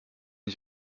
ich